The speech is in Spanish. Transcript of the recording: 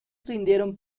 rindieron